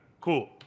cool